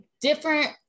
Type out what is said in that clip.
different